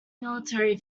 military